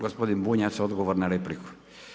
Gospodin Bunjac odgovor na repliku.